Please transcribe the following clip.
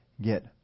get